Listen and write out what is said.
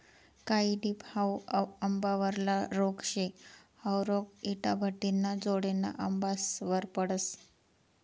कायी टिप हाउ आंबावरला रोग शे, हाउ रोग इटाभट्टिना जोडेना आंबासवर पडस